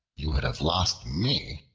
you would have lost me,